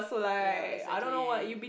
ya exactly